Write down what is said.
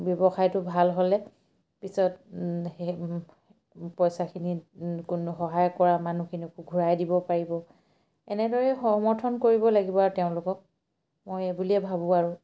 ব্যৱসায়টো ভাল হ'লে পিছত সেই পইচাখিনি কোনো সহায় কৰা মানুহখিনিকো ঘূৰাই দিব পাৰিব এনেদৰে সমৰ্থন কৰিব লাগিব আৰু তেওঁলোকক মই এই বুলিয়ে ভাবোঁ আৰু